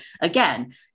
again